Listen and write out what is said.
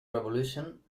revolution